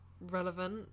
relevant